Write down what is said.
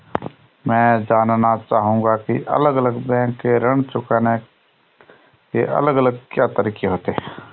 मैं जानना चाहूंगा की अलग अलग बैंक के ऋण चुकाने के अलग अलग क्या तरीके होते हैं?